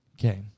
Okay